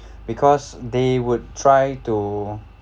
because they would try to